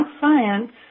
science